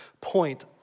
point